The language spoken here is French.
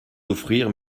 offrir